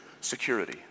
security